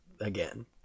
again